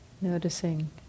Noticing